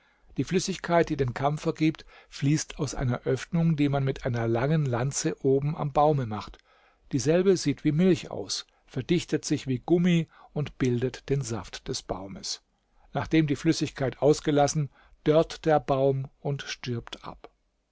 die flüssigkeit die den kampfer gibt fließt aus einer öffnung die man mit einer langen lanze oben am baume macht dieselbe sieht wie milch aus verdichtet sich wie gummi und bildet den saft des baumes nachdem die flüssigkeit ausgelassen dörrt der baum und stirbt ab